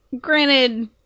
granted